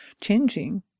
changing